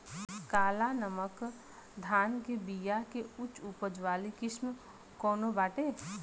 काला नमक धान के बिया के उच्च उपज वाली किस्म कौनो बाटे?